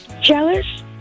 Jealous